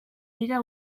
dira